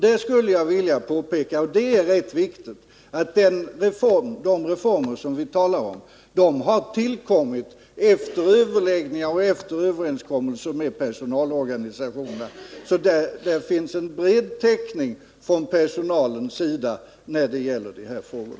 Jag skulle slutligen vilja påpeka — det är rätt viktigt — att de reformer vi talar om har tillkommit efter överläggningar och överenskommelser med personalorganisationerna. Där finns en bred täckning från personalens sida när det gäller dessa frågor.